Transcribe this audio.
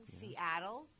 Seattle